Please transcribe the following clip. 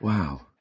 Wow